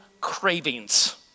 cravings